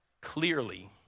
Clearly